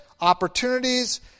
opportunities